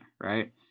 right